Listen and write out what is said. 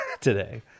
today